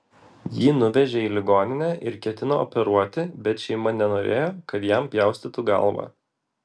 jį nuvežė į ligoninę ir ketino operuoti bet šeima nenorėjo kad jam pjaustytų galvą